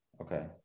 Okay